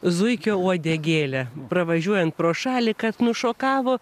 zuikio uodegėlę pravažiuojant pro šalį kad nušokavo